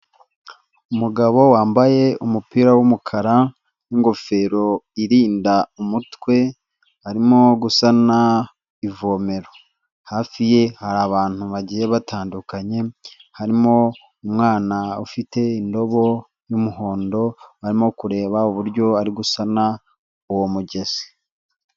Umugabo wambaye umupira w'umukara n'ingofero irinda umutwe arimo gusana ivomero, hafi ye hari abantu bagiye batandukanye, harimo umwana ufite indobo y'umuhondo arimo kureba uburyo ari gusana uwo mugezi.